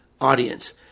audience